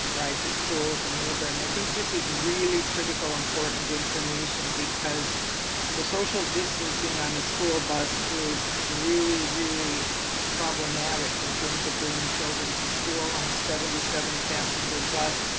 ride to school with a neighbor, and i think this is really critical important information, because the social distancing on a school bus is really, really problematic in terms of bringing children to school on a seventy seven passenger bus.